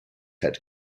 head